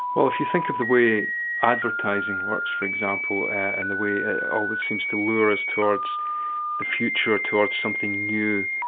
well. if you think of the way advertising works for example, and the way it always seems to lure us towards the future, towards something new,